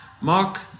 Mark